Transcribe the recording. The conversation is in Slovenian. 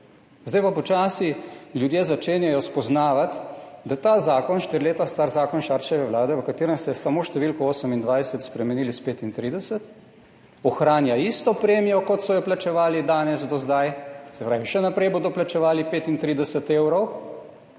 Zdaj pa počasi ljudje začenjajo spoznavati, da ta zakon, štiri leta star zakon Šarčeve vlade, v katerem ste samo številko 28 spremenili na 35, ohranja isto premijo, kot so jo plačevali danes, do zdaj, se pravi, še naprej bodo plačevali 35 evrov.